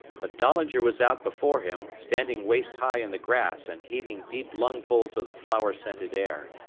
but dahlinger was out before him, standing waist high in the grass and heaving deep lungfuls of the flower-scented air.